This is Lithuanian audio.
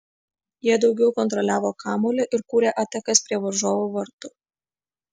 jie daugiau kontroliavo kamuolį ir kūrė atakas prie varžovų vartų